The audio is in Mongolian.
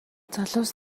залуус